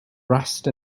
rust